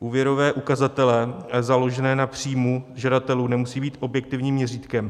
Úvěrové ukazatele založené na příjmu žadatelů nemusí být objektivním měřítkem.